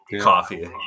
coffee